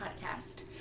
podcast